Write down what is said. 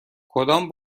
کدام